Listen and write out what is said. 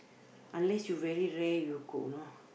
unless you very rare you cook you know